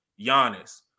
Giannis